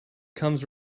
comes